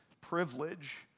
privilege